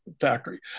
factory